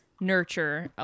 nurture